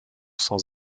sans